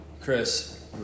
Chris